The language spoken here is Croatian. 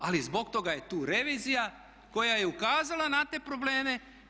zbog toga je tu revizija koja je ukazala na te probleme.